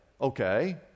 Okay